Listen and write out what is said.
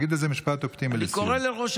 תגיד איזה משפט אופטימי לסיום.